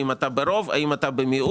האם אתה ברוב או האם אתה במיעוט.